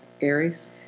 Aries